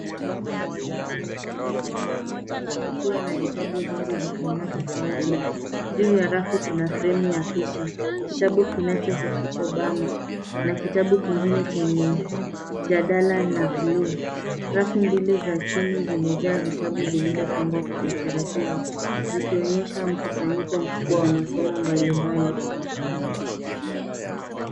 Rafu za vitabu imepangwa vizuri, ikiwa na vitabu vingi vya aina tofauti, juu ya rafu kuna fremu ya picha, kitabu kinachohusu Obama, na kitabu kengine chenye, jadala na blue . Rafu mbili za chini zimejaa vitabu vilivyopangwa kwa utaratibu zikionyesha mkusanyiko mkubwa wa masomo mbalimbali.